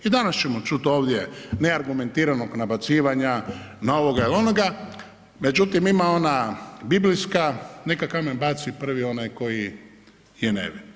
I danas ćemo čuti ovdje neargumentiranog nabacivanja na ovoga ili onoga, međutim ima ona biblijska, neka kamen baci prvi onaj koji je nevin.